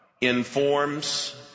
informs